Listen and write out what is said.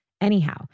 Anyhow